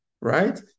Right